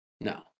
No